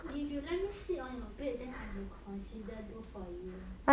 if you let me sit on your bed then I may consider do for you